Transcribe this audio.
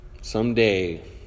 someday